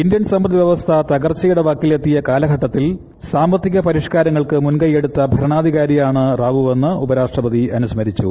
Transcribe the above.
Indian സമ്പദ് വ്യവസ്ഥ തകർച്ചയുടെ വക്കിൽ എത്തിയ കാലഘട്ടത്തിൽ സാമ്പത്തിക പരിഷ്കാരങ്ങൾക്ക് മുൻകൈ എടുത്ത ഭരണാധികാരിയാണ് റാവുവെന്ന് ഉപരാഷ്ട്രപതി അനുസ്മരിച്ചു